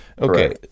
okay